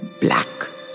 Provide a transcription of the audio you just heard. black